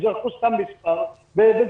הם זרקו סתם מספר וזהו.